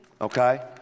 okay